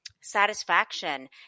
satisfaction